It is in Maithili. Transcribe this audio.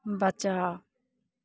बचाउ